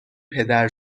پدر